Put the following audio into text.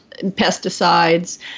pesticides